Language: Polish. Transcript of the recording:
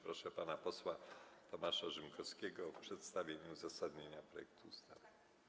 Proszę pana posła Tomasza Rzymkowskiego o przedstawienie uzasadnienia projektu ustawy.